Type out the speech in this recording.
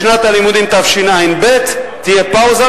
בשנת הלימודים תשע"ב תהיה פאוזה,